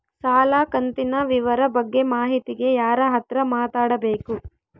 ಸಾಲ ಕಂತಿನ ವಿವರ ಬಗ್ಗೆ ಮಾಹಿತಿಗೆ ಯಾರ ಹತ್ರ ಮಾತಾಡಬೇಕು?